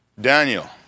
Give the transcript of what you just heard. Daniel